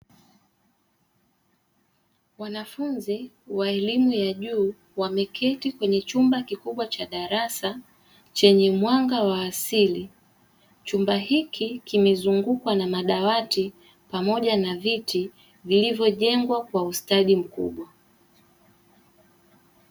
Wanafunzi wa elimu ya juu wameketi kwenye chumba kikubwa cha darasa chenye mwanga wa asili. Chumba hiki kimezungukwa na madawati pamoja na viti vilivyojengwa kwa ustadi mkubwa.